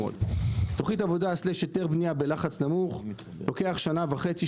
תוכנית עבודה סלאש היתר בנייה בלחץ נמוך לוקח שנה וחצי,